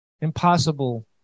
Impossible